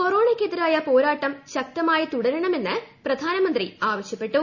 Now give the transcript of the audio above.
കൊറോണയ്ക്കെതിരായ പോരാട്ടം ശക്തമായി തുടരണമെന്ന് പ്രധാനമന്ത്രി പറഞ്ഞു